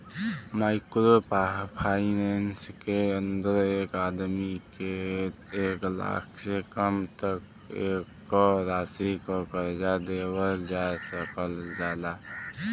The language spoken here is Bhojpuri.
माइक्रो फाइनेंस के अंदर एक आदमी के एक लाख से कम तक क राशि क कर्जा देवल जा सकल जाला